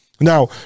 Now